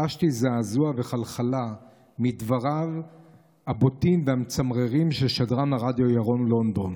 חשתי זעזוע וחלחלה מדבריו הבוטים והמצמררים של שדרן הרדיו ירון לונדון,